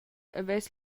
havess